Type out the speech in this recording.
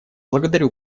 благодарю